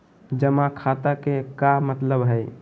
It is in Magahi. जमा खाता के का मतलब हई?